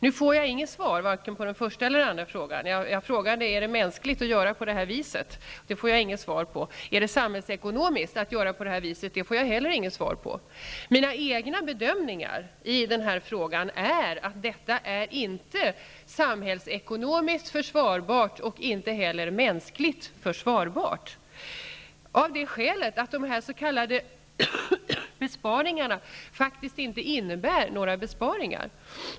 Nu får jag inget svar, vare sig på den första eller den andra frågan. Jag frågade: Är det mänskligt att göra på det här viset? Den frågan får jag inget svar på. Jag frågade också: Är det samhällsekonomiskt att göra på det här viset? Inte heller den frågan får jag något svar på. Mina egna bedömningar i denna fråga är att detta inte är samhällsekonomiskt eller mänskligt försvarbart. Skälet är att de här s.k. besparingarna faktiskt inte innebär några besparingar.